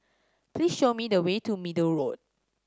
please show me the way to Middle Road